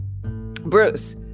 Bruce